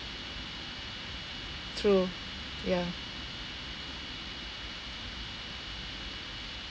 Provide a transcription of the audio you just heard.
true ya